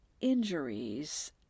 injuries